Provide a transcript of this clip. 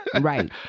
Right